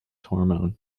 hormone